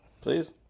Please